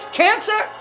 cancer